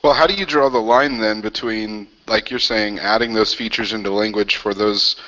but how do you draw the line then between, like you're saying, adding those features into language for those